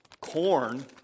corn